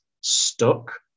stuck